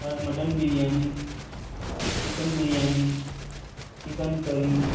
اور mutton biryani chicken biryani chicken کری